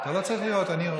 אתה לא צריך לראות, אני רואה.